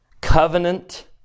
Covenant